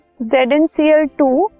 ZnCl2